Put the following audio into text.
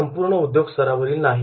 हे संपुर्ण उद्योग स्तरावरील नाही